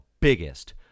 biggest